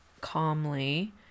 calmly